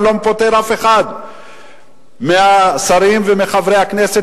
ואני לא פוטר אף אחד מהשרים ומחברי הכנסת